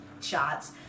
shots